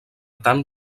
tant